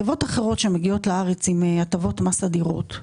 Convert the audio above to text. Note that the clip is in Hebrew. חברות אחרות שמגיעות לארץ עם הטבות מס אדירות,